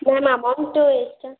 ma'am amount ಎಷ್ಟು